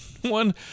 One